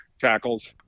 tackles